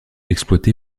exploité